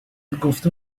گفته